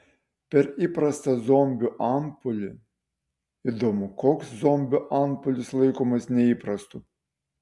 per įprastą zombių antpuolį įdomu koks zombių antpuolis laikomas neįprastu